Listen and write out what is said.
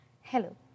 Hello